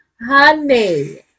honey